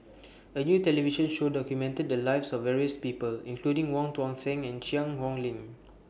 A New television Show documented The Lives of various People including Wong Tuang Seng and Cheang Hong Lim